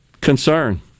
concern